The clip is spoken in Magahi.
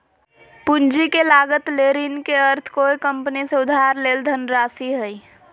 पूंजी के लागत ले ऋण के अर्थ कोय कंपनी से उधार लेल धनराशि हइ